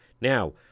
now